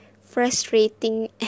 frustrating